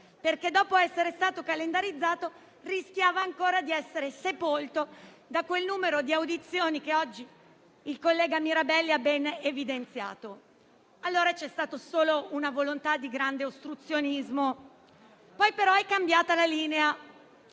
quanto, dopo essere stato calendarizzato, rischiava di continuare a essere sepolto da quel numero di audizioni che oggi il collega Mirabelli ha ben evidenziato. C'è quindi stata una volontà di grande ostruzionismo. Poi però è cambiata la linea.